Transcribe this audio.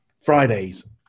Fridays